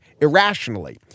irrationally